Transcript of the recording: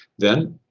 then,